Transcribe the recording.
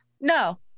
no